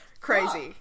Crazy